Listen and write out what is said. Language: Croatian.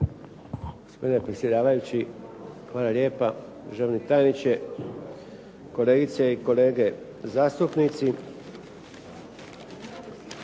hvala lijepa, državni tajniče, kolegice i kolege zastupnici.